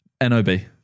N-O-B